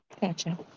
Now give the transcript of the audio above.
Gotcha